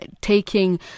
taking